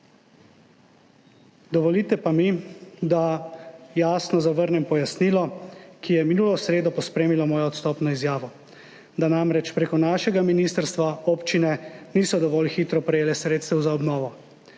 Dovolite pa mi, da jasno zavrnem pojasnilo, ki je minulo sredo pospremilo mojo odstopno izjavo, da namreč prek našega ministrstva občine niso dovolj hitro prejele sredstev za obnovo.